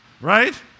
right